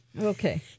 Okay